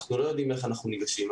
אנחנו לא יודעים איך ניגש לבגרויות,